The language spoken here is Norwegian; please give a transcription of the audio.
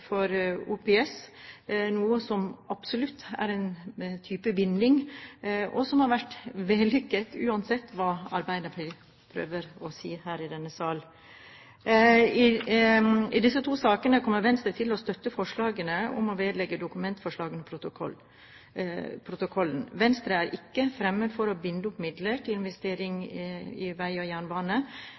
for OPS, noe som absolutt er en type binding, og som har vært vellykket, uansett hva Arbeiderpartiet prøver å si her i denne sal. I disse to sakene kommer Venstre til å støtte forslagene om å vedlegge dokumentforslagene protokollen. Venstre er ikke fremmed for å binde opp midler til investering i vei og jernbane,